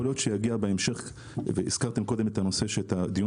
יכול להיות שיגיע בהמשך הזכרתם קודם את הדיון